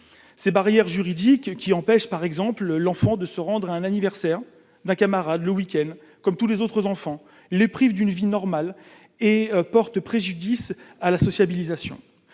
ces barrières juridiques qui empêchent par exemple l'enfant de se rendre à un anniversaire d'un camarade, le week-end, comme tous les autres enfants les prive d'une vie normale et portent préjudice à la sociabilisation